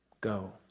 go